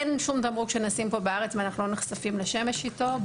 אין שום תמרוק בארץ שאנחנו לא נחשפים לשמש איתו.